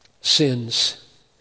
Sins